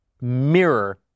mirror